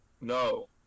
No